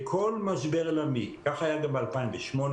בכל משבר עולמי כך היה גם ב-2008